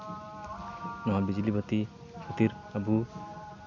ᱱᱚᱣᱟ ᱵᱤᱡᱽᱞᱤ ᱵᱟᱹᱛᱤ ᱠᱷᱟᱹᱛᱤᱨ ᱟᱵᱚ